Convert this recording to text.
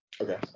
okay